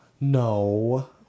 No